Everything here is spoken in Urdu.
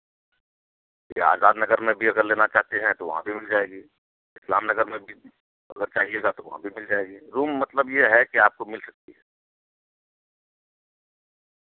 یہ آزاد نگر میں بھی اگر لینا چاہتے ہیں تو وہاں بھی مل جائے گی اسلام نگر میں بھی اگر چاہیے گا تو وہاں بھی مل جائے گی روم مطلب یہ ہے کہ آپ کو مل سکتی ہے